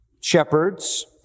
shepherds